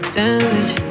damage